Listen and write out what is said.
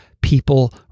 People